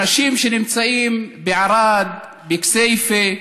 אנשים שנמצאים בערד, בכסייפה,